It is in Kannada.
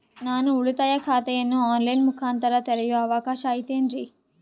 ನಾನು ಉಳಿತಾಯ ಖಾತೆಯನ್ನು ಆನ್ ಲೈನ್ ಮುಖಾಂತರ ತೆರಿಯೋ ಅವಕಾಶ ಐತೇನ್ರಿ?